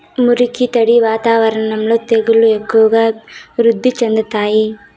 మురికి, తడి వాతావరణంలో తెగుళ్లు ఎక్కువగా వృద్ధి చెందుతాయి